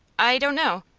i don't know.